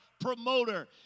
promoter